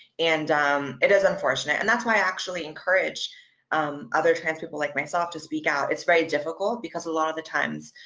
and it is unfortunate, and that's why i actually encourage um other trans people like myself to speak out. it's very difficult, because a lot of the times